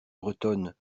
bretonne